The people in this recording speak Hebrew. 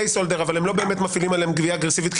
לא באמת מפעילים עליהם גבייה אגרסיבית,